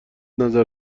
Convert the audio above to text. نظر